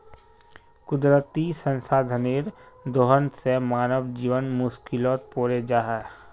कुदरती संसाधनेर दोहन से मानव जीवन मुश्कीलोत पोरे जाहा